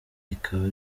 rikaba